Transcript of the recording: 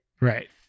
Right